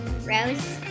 Rose